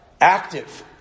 active